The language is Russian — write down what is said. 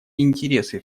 интересы